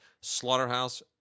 Slaughterhouse